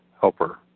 helper